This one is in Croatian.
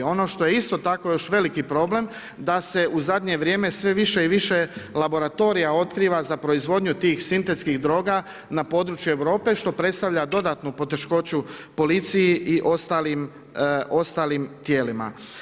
Ono što je isto tako još veliki problem da se u zadnje vrijeme sve više i više laboratorija otkriva za proizvodnju tih sintetskih droga na području Europe što predstavlja dodatnu poteškoću policiji i ostalim tijelima.